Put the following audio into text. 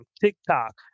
TikTok